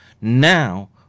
now